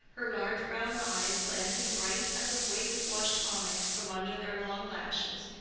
her large brown eyes glancing bright as a wave-washed onyx from under their long lashes,